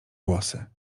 włosy